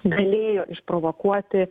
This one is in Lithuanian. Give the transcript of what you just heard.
galėjo išprovokuoti